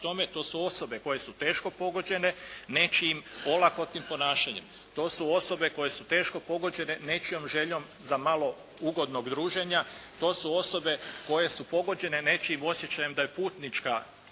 to su osobe koje su teško pogođene nečijim olakotnim ponašanjem, to su osobe koje su teško pogođene nečijom željom za malo ugodnog druženja, to su osobe koje su pogođene nečijim osjećajem da je putnička